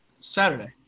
Saturday